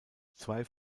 zwei